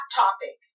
topic